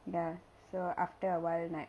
ya so after awhile like